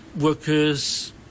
workers